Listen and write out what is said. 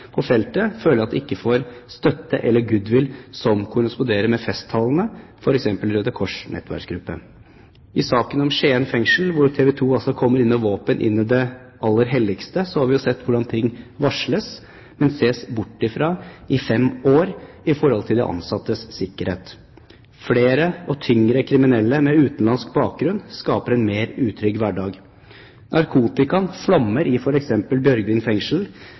på feltet at de ikke får støtte eller goodwill som korresponderer med festtalene, f.eks. Røde Kors’ nettverksgruppe. I saken om Skien fengsel, hvor TV 2 kom inn i det aller helligste med våpen, så vi hvordan ting varsles, men blir sett bort fra i fem år når det gjelder de ansattes sikkerhet. Flere og tyngre kriminelle med utenlandsk bakgrunn skaper en mer utrygg hverdag. Narkotikaen flommer i f.eks. Bjørgvin fengsel.